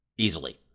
Easily